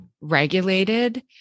regulated